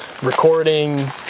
recording